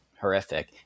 horrific